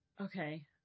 Okay